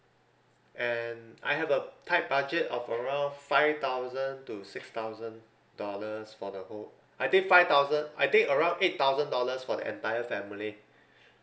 and I have a tight budget of around five thousand to six thousand dollars for the whole I think five thousand I think around eight thousand dollars for the entire family